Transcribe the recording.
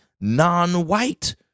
non-white